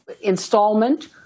installment